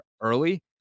early